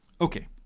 Okay